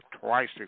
twice